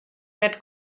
net